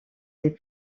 des